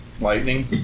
lightning